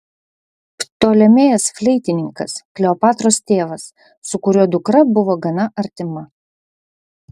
ptolemėjas fleitininkas kleopatros tėvas su kuriuo dukra buvo gana artima